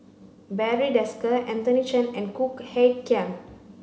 Barry Desker Anthony Chen and Khoo Kay Hian